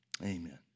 Amen